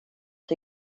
att